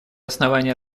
основания